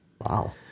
wow